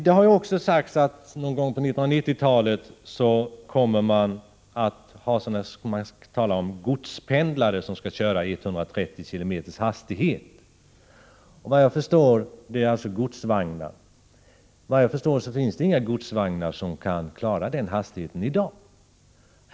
Det har också sagts att man någon gång på 1990-talet kommer att ha s.k. godspendlare, som skall köra i 130 km/tim. Det är alltså fråga om godsvagnar. Såvitt jag förstår finns det inga godsvagnar som i dag kan klara den hastigheten.